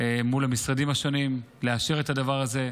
מול המשרדים השונים לאשר את הדבר הזה,